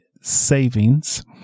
savings